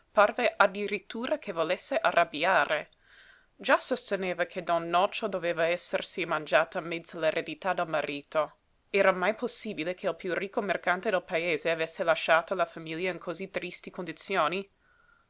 parve addirittura che volesse arrabbiare già sosteneva che don nocio doveva essersi mangiata mezza l'eredità del marito era mai possibile che il piú ricco mercante del paese avesse lasciato la famiglia in cosí tristi condizioni